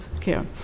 care